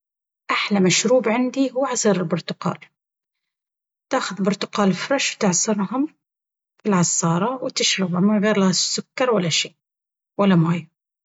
أحلى مشروب عندي هو عصير البرتقال... تاخذ البرتقال فرش وتعصرهم في العصارة وتشربه...من غير لا سكر ولا شي ولا ماي